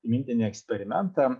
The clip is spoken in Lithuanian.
mintinį eksperimentą